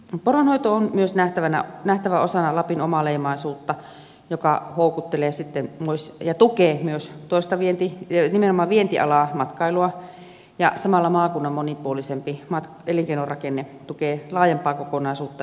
poronhoito on myös nähtävä osana lapin omaleimaisuutta joka houkuttelee ja tukee myös nimenomaan vientialaa matkailua ja samalla maakunnan monipuolisempi elinkeinorakenne tukee laajempaa kokonaisuutta elikkä kansantaloutta